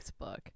Facebook